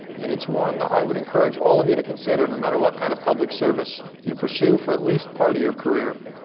and it's one i would encourage all of you to consider, no matter what kind of public service you pursue for at least part your career,